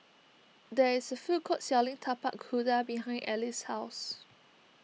there is a food court selling Tapak Kuda behind Alys' house